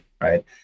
Right